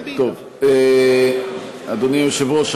אדוני היושב-ראש,